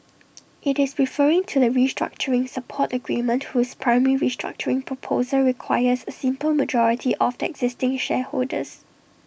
IT is referring to the restructuring support agreement whose primary restructuring proposal requires A simple majority of the existing shareholders